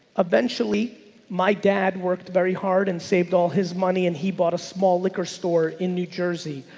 eventually my dad worked very hard and saved all his money and he bought a small liquor store in new jersey.